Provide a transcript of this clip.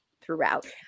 throughout